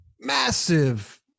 massive